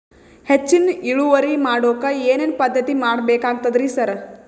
ಹೆಚ್ಚಿನ್ ಇಳುವರಿ ಮಾಡೋಕ್ ಏನ್ ಏನ್ ಪದ್ಧತಿ ಮಾಡಬೇಕಾಗ್ತದ್ರಿ ಸರ್?